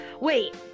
wait